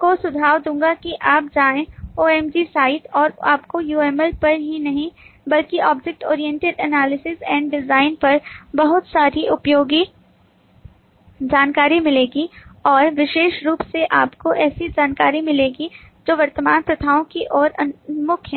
को सुझाव दूंगा कि आप जाएं OMG साइट और आपको UML पर ही नहीं बल्कि object oriented analysis and design पर भी बहुत सारी उपयोगी जानकारी मिलेगी और विशेष रूप से आपको ऐसी जानकारी मिलेगी जो वर्तमान प्रथाओं की ओर उन्मुख है